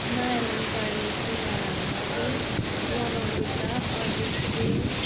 मलाई मनपर्ने सिङ्गरहरूमा चाहिँ यम बुद्ध अरिजित सिंह